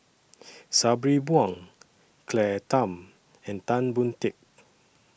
Sabri Buang Claire Tham and Tan Boon Teik